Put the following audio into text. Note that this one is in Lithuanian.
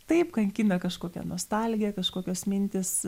taip kankina kažkokia nostalgija kažkokios mintys